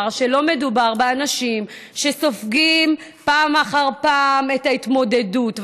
שלא מדובר באנשים שסופגים פעם אחר פעם את ההתמודדות.